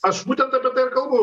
aš būtent apie tai ir kalbu